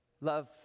Love